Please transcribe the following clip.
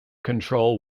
control